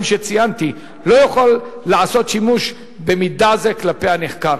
שציינתי לא יוכל לעשות שימוש במידע זה כלפי הנחקר.